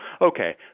okay